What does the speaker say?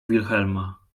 wilhelma